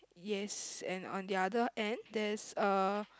yes and on the other end there's a